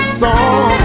song